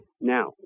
Now